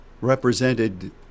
represented